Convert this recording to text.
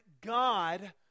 God